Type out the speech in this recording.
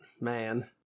man